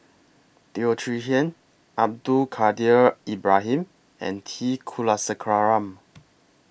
Teo Chee Hean Abdul Kadir Ibrahim and T Kulasekaram